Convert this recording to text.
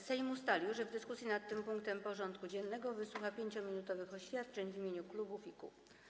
Sejm ustalił, że w dyskusji nad tym punktem porządku dziennego wysłucha 5-minutowych oświadczeń w imieniu klubów i kół.